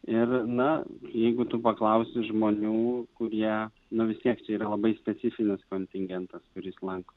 ir na jeigu tu paklausi žmonių kurie nu vis tiek čia yra labai specifinis kontingentas kuris lanko